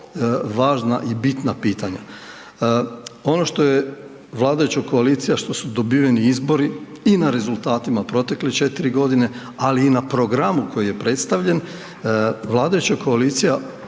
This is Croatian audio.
važna i bitna pitanja. Ono što je vladajuća koalicija, što su dobiveni izbori i na rezultatima protekle 4 g., ali i na programu koji je predstavljen, vladajuća koalicija